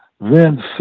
Vince